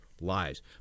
lives